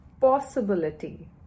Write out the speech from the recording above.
possibility